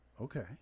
okay